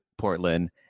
Portland